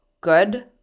good